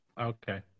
Okay